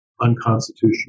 unconstitutional